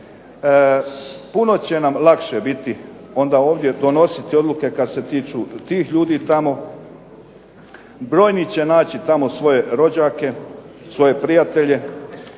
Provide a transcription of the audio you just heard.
Puno će nam lakše biti onda ovdje donositi odluke kad se tiču tih ljudi tamo. Brojni će naći tamo svoje rođake, svoje prijatelje